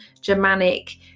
Germanic